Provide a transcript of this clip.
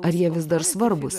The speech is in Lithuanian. ar jie vis dar svarbūs